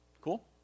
Cool